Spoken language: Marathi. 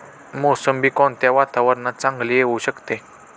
मोसंबी कोणत्या वातावरणात चांगली येऊ शकते?